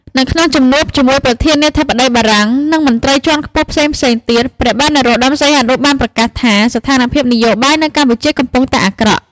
នៅក្នុងជំនួបជាមួយប្រធានាធិបតីបារាំង និងមន្ត្រីជាន់ខ្ពស់ផ្សេងៗទៀត ព្រះបាទនរោត្តម សីហនុបានប្រកាសថាស្ថានភាពនយោបាយនៅកម្ពុជាកំពុងតែអាក្រក់។